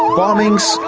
um bombings,